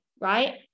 right